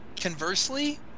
conversely